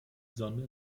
sonne